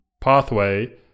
pathway